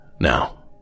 Now